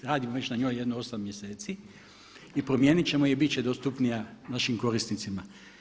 Radimo već na njoj jedno 8 mjeseci i promijenit ćemo je i bit će dostupnija našim korisnicima.